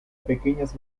pequeñas